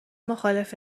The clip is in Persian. مخالف